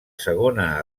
segona